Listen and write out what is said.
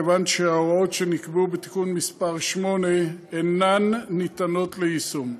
כיוון שההוראות שנקבעו בתיקון מס' 8 אינן ניתנות ליישום.